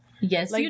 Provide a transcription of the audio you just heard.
yes